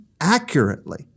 accurately